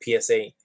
PSA